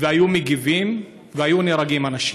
והיו מגיבים והיו נהרגים אנשים.